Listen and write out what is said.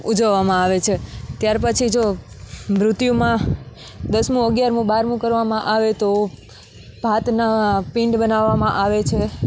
ઉજવવામાં આવે છે ત્યાર પછી જો મૃત્યુમાં દસમુ અગિયારમુ બારમુ કરવામાં આવે તો ભાતના પિંડ બનાવવામાં આવે છે